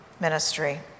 ministry